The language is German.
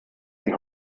die